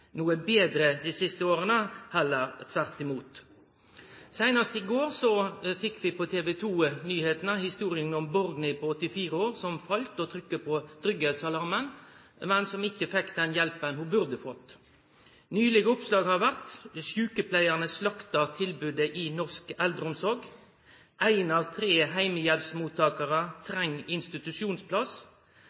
noko betre dei siste åra – heller tvert imot. Seinast i går fekk vi på TV 2-nyheitene historia om Borgny på 84 år som fall og trykte på tryggleiksalarmen, men som ikkje fekk den hjelpa ho burde fått. Nylege oppslag har vore: sjukepleiarane slakter tilbodet i norsk eldreomsorg, ein av tre heimehjelpsmottakarar treng institusjonsplass,